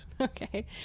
Okay